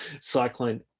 cyclone